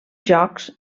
jocs